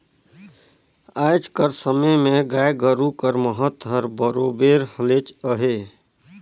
आएज कर समे में गाय गरू कर महत हर बरोबेर हलेच अहे